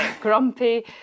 Grumpy